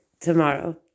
tomorrow